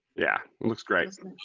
yeah. it looks great.